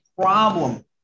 problem